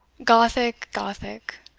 gothic! gothic!